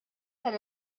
tal